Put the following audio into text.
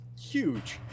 huge